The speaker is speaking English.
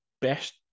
best